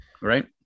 right